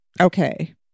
Okay